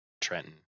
Trenton